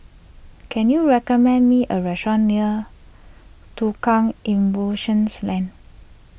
can you recommend me a restaurant near Tukang Lane